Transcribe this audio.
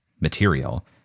material